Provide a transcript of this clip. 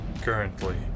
currently